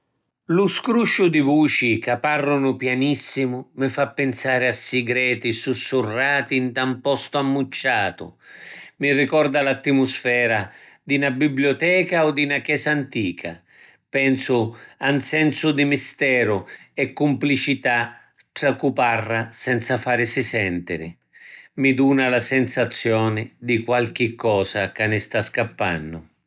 Lu scrusciu di vuci ca parrunu pianissimu mi fa pinsari a sigreti sussurrati nta ‘n postu ammucciatu; mi ricorda l’attimusfera di na biblioteca o di na chesa antica; pensu a ‘n sensu di misteru e cumplicità tra cu parra senza farisi sentiri; mi duna la sensazioni di qualchi cosa ca ni sta scappannu.